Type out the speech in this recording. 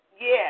Yes